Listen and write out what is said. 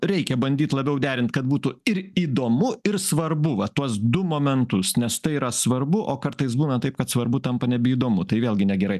reikia bandyt labiau derint kad būtų ir įdomu ir svarbu va tuos du momentus nes tai yra svarbu o kartais būna taip kad svarbu tampa nebeįdomu tai vėlgi negerai